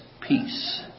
peace